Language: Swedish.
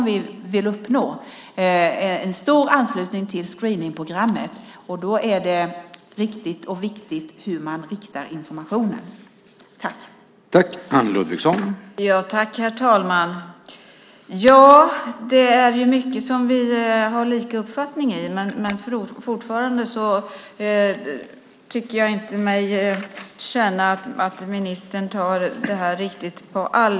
Vi vill uppnå en stor anslutning till screeningsprogrammet, och då är det viktigt hur informationen riktas.